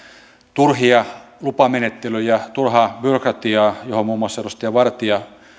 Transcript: turhia lupamenettelyjä turhaa byrokratiaa johon muun muassa edustaja vartia